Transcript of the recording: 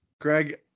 Greg